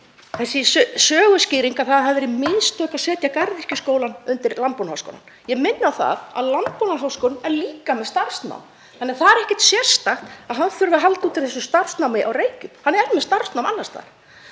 þessi söguskýring að það hafi verið mistök að setja Garðyrkjuskólann undir Landbúnaðarháskólann. Ég minni á það að Landbúnaðarháskólinn er líka með starfsnám þannig að það er ekkert sérstakt að hann þurfi að halda úti þessu starfsnámi á Reykjum. Hann er með starfsnám annars staðar